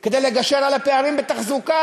כדי לגשר על הפערים בתחזוקה.